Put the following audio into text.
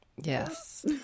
Yes